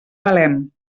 valem